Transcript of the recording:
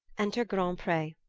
enter graundpree.